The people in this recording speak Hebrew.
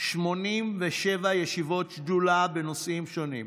87 ישיבות שדולה בנושאים שונים,